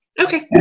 okay